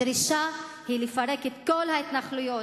הדרישה היא לפרק את כל ההתנחלויות,